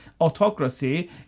autocracy